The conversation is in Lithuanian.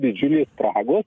didžiulės spragos